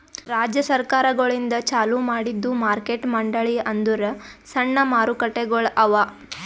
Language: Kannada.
ರಾಜ್ಯ ಸರ್ಕಾರಗೊಳಿಂದ್ ಚಾಲೂ ಮಾಡಿದ್ದು ಮಾರ್ಕೆಟ್ ಮಂಡಳಿ ಅಂದುರ್ ಸಣ್ಣ ಮಾರುಕಟ್ಟೆಗೊಳ್ ಅವಾ